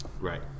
Right